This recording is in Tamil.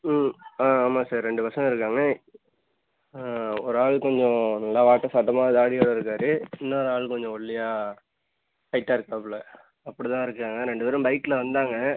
ம் ஆ ஆமாம் சார் ரெண்டு பசங்க இருக்காங்க ஆ ஒரு ஆள் கொஞ்சம் நல்லா வாட்ட சாட்டமாக தாடியோட இருக்கார் இன்னும் ஒரு ஆள் கொஞ்சம் ஒல்லியாக ஹைட்டாக இருக்காப்பில அப்படி தான் இருக்காங்க ரெண்டு பேரும் பைக்கில் வந்தாங்க